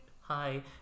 hi